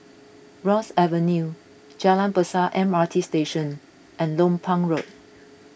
Ross Avenue Jalan Besar M R T Station and Lompang Road